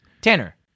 Tanner